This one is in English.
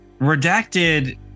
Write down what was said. Redacted